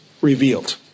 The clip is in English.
revealed